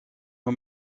nhw